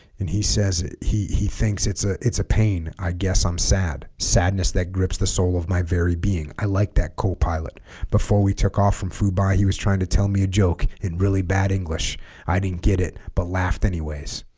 and he says he he thinks it's a it's a pain i guess i'm sad sadness that grips the soul of my very being i like that co-pilot before we took off from fuba he was trying to tell me a joke in really bad english i didn't get it but laughed anyways